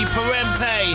Perempe